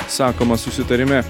sakoma susitarime